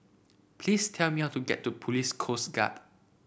please tell me how to get to Police Coast Guard